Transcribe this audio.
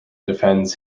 defends